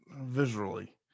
visually